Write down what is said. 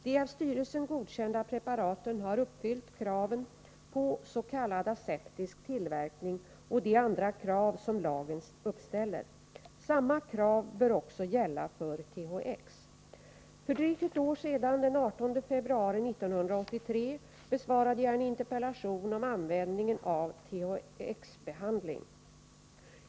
De av styrelsen godkända preparaten har uppfyllt kraven pås.k. aseptisk tillverkning och de andra krav som lagen uppställer. Samma krav bör också gälla för THX. För drygt ett år sedan, den 18 februari 1983, besvarade jag en interpella tion om användningen av THX-behandling.